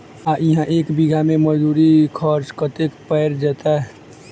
आ इहा एक बीघा मे मजदूरी खर्च कतेक पएर जेतय?